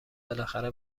بالاخره